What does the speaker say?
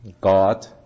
God